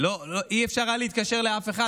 לא היה אפשר להתקשר לאף אחד.